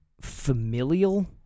familial